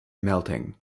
melting